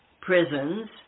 prisons